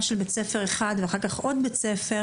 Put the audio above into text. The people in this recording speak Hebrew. של בית ספר אחד ואחר כך עוד בית ספר,